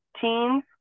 teens